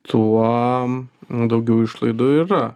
tuo daugiau išlaidų yra